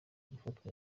gufatwa